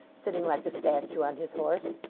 sitting like a statue on his horse.